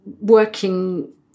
working